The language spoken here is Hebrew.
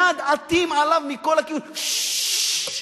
מייד עטים עליו מכל הכיוונים: ששש,